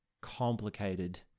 complicated